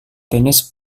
tenis